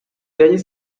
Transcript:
terriers